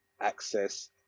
access